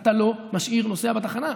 אתה לא משאיר נוסע בתחנה.